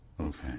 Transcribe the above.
Okay